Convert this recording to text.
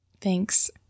Thanks